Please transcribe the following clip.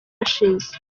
ashes